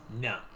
No